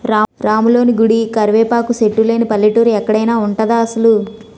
రాములోని గుడి, కరివేపాకు సెట్టు లేని పల్లెటూరు ఎక్కడైన ఉంటదా అసలు?